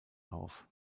auf